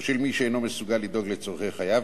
או של מי שאינו מסוגל לדאוג לצורכי חייו,